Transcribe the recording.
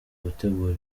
gutegura